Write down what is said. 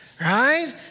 right